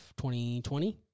2020